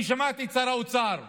אני שמעתי את שר האוצר אומר,